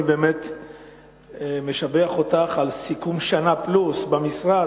אני באמת משבח אותך על סיכום שנה פלוס במשרד,